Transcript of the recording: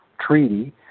Treaty